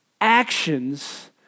actions